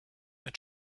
mit